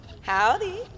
howdy